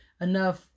enough